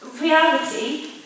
reality